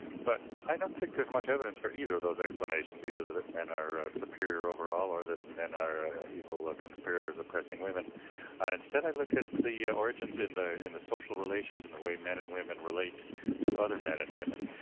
but i don't think there is much evidence for either of those explanations, either that, men are superior overall or that men are evil conspirators of pressing women and instead i looked at the yeah origins in the in the social religions in the way men and women relate to other men and women.